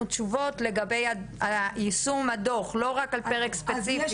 תשובות לגבי היישום של הדו"ח לא רק על פרק ספציפי.